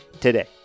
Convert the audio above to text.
today